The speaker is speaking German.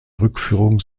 rückführung